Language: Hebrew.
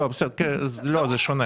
לא, זה שונה.